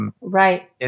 Right